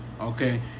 okay